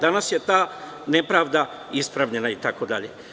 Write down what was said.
Danas je ta nepravda ispravljena itd.